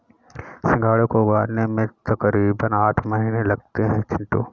सिंघाड़े को उगने में तकरीबन आठ महीने लगते हैं चिंटू